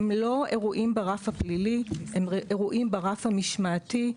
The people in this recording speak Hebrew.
הם לא אירועים ברף הפלילי אלא הם אירועים ברף המשמעתי.